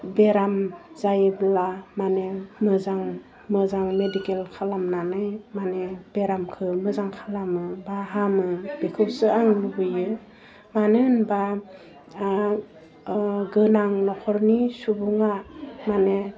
बेराम जायोब्ला मानि मोजां मोजां मेडिकेल खालामनानै माने बेरामखौ मोजां खालामो फाहामो बेखौसो आं लुबैयो मानो होनबा आरो गोनां नखरनि सुबुङा मानि